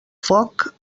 foc